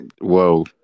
Whoa